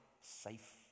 safe